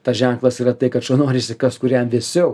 tas ženklas yra tai kad norisi išsikast kur jam vėsiau